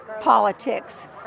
politics